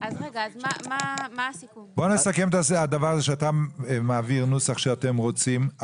בוא נסכם שאתה מעביר נוסח שאתם רוצים,